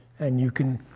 and you can